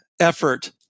effort